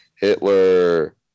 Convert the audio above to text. Hitler